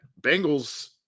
Bengals